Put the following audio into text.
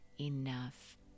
enough